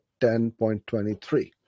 10.23